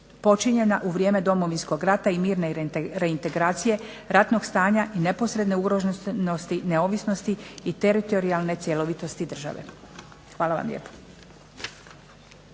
počinjena u vrijeme Domovinskog rata i mirne reintegracije, ratnog stanja i neposredne ugroženosti neovisnosti i teritorijalne cjelovitosti države. Hvala vam lijepo.